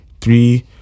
three